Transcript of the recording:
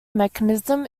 mechanism